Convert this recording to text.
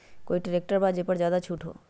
कोइ ट्रैक्टर बा जे पर ज्यादा छूट हो?